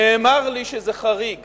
נאמר לי שזה חריג